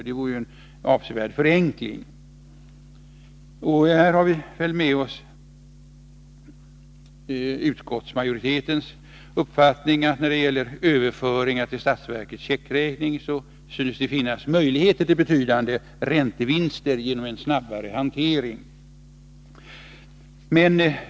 Det vore en avsevärd förenkling. Vi har utskottsmajoriteten med oss när vi säger att det i fråga om överföringar till statsverket via checkräkning synes finnas möjligheter till betydande räntevinster genom en snabbare hantering.